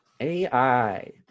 AI